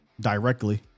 directly